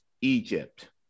Egypt